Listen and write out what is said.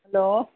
hello